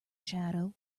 shadow